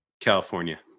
california